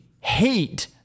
hate